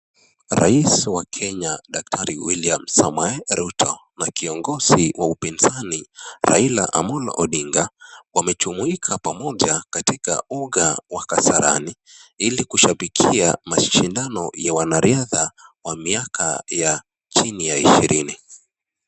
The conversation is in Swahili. Rais Wa Kenya Daktari William Samoei Rutto na Kiongozi wa upinzani Raila Omolo Odinga wamejumuika pamoja katika uga wa Kasarani Iii kushabikia mashindano ya wanariadha wa chini wa miaka ishirini.